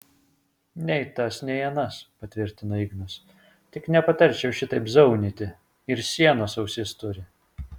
nei tas nei anas patvirtino ignas tik nepatarčiau šitaip zaunyti ir sienos ausis turi